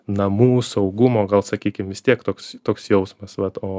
namų saugumo gal sakykim vis tiek toks toks jausmas vat o